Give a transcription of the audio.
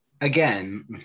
again